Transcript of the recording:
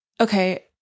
okay